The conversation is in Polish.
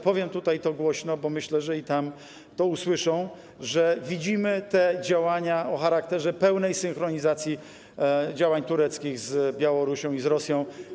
Powiem tutaj to głośno, bo myślę, że i tam to usłyszą, że widzimy te działania o charakterze pełnej synchronizacji działań tureckich z działaniami Białorusi i Rosji.